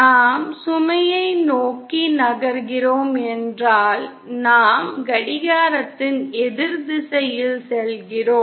நாம் சுமையை நோக்கி நகர்கிறோம் என்றால் நாம் கடிகாரத்தின் எதிர் திசையில் செல்கிறோம்